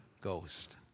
Ghost